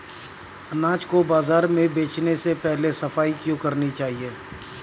अनाज को बाजार में बेचने से पहले सफाई क्यो करानी चाहिए?